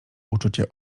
uczucie